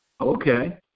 Okay